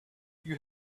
you